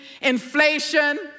inflation